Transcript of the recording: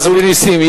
חברי נסים,